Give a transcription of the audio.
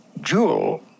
jewel